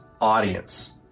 audience